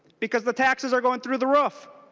because the taxes are going through the roof.